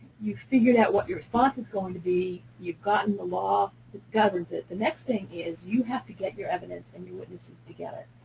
you've figured out what your response is going to be, you've gotten the law discovered, but the next thing is you have to get your evidence and witnesses together